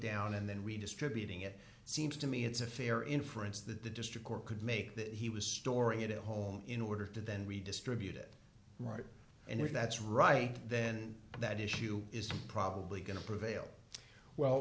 down and then redistributing it seems to me it's a fair inference that the district court could make that he was storing it at home in order to then redistribute it right and if that's right then that issue is probably going to prevail well